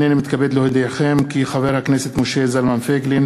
הנני מתכבד להודיעכם כי חבר הכנסת משה זלמן פייגלין